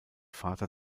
vater